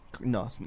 No